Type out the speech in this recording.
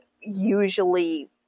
usually